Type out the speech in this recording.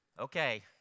Okay